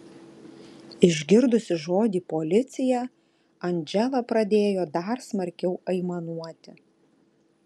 išgirdusi žodį policija andžela pradėjo dar smarkiau aimanuoti